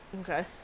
Okay